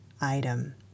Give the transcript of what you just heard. item